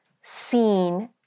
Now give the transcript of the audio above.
seen